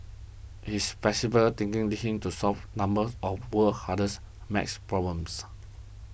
his flexible thinking lead him to solve numbers of world's hardest math problems